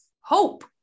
hope